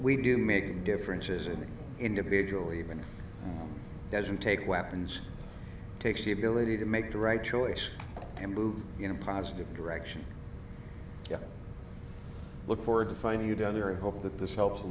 we do make a difference as an individual even as you take weapons takes the ability to make the right choice and move in a positive direction look forward to find you down there and hope that this helps a